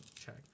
check